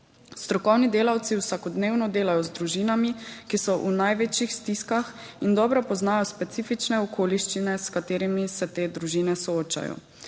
Strokovni delavci vsakodnevno delajo z družinami, ki so v največjih stiskah, in dobro poznajo specifične okoliščine, s katerimi se te družine soočajo.